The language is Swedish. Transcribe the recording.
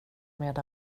med